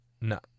no